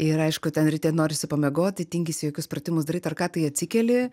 ir aišku ten ryte norisi pamiegot tai tingisi jokius pratimus daryt ar ką tai atsikeli